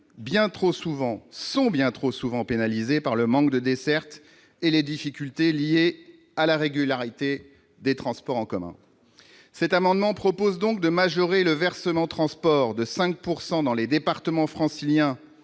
sont bien trop souvent pénalisées par le manque de dessertes et les difficultés liées à la régularité des transports en commun. Par cet amendement, je propose de majorer le versement transport de 5 % dans les départements franciliens